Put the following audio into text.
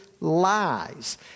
lies